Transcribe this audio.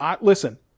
listen